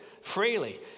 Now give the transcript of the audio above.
freely